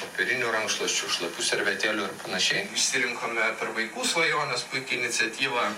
popierinių rankšluosčių šlapių servetėlių ir panašiai išsirinkome per vaikų svajones puiki iniciatyva